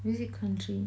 visit country